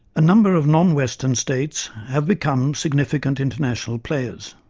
a number of non-western states have become significant international players.